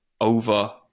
over